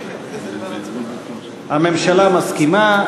הממשלה מסכימה,